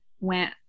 went